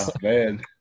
Man